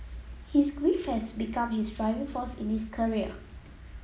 his grief has become his driving force in his career